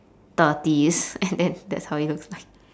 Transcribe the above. thirties and then that's how it looks like